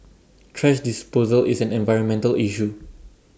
thrash disposal is an environmental issue